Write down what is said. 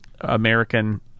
American